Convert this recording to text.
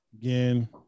Again